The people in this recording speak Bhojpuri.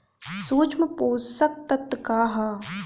सूक्ष्म पोषक तत्व का ह?